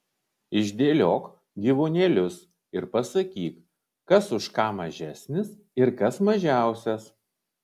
išdėliok gyvūnėlius ir pasakyk kas už ką mažesnis ir kas mažiausias